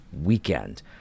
weekend